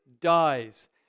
dies